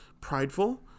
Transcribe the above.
prideful